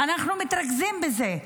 אנחנו מתרכזים בזה,